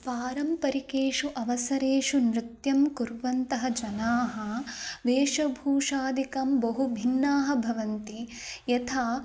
पारंपरिकेषु अवसरेषु नृत्यं कुर्वन्तः जनाः वेशभूषादिकं बहु भिन्नाः भवन्ति यथा